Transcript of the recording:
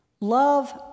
love